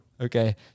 Okay